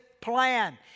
plan